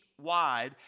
wide